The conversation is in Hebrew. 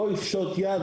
לא יפשוט יד,